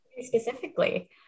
specifically